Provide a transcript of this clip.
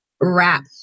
wrap